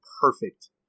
perfect